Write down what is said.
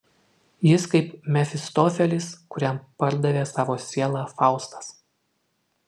jis kaip mefistofelis kuriam pardavė savo sielą faustas